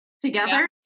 together